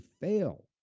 fail